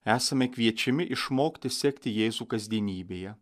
esame kviečiami išmokti sekti jėzų kasdienybėje